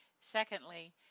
Secondly